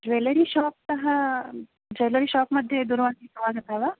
jewellery shop तः jewellery shop मध्ये दूरवाणी आगता वा